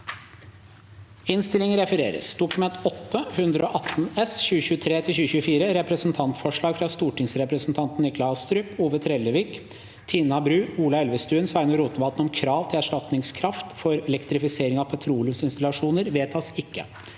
følgende v e d t a k : Dokument 8:118 S (2023–2024) – Representantforslag fra stortingsrepresentantene Nikolai Astrup, Ove Trellevik, Tina Bru, Ola Elvestuen og Sveinung Rotevatn om krav til erstatningskraft for elektrifisering av petroleumsinstallasjoner – vedtas ikke.